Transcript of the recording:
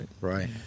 Right